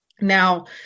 Now